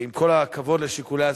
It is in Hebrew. עם כל הכבוד לשיקולי הסביבה,